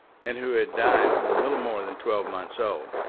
and who had died when little more than twelve months old.